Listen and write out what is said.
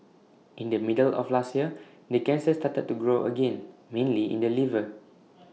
in the middle of last year the cancer started to grow again mainly in the liver